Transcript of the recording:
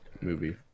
movie